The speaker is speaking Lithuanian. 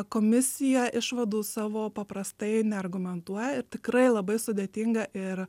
komisija išvadų savo paprastai neargumentuoja ir tikrai labai sudėtinga ir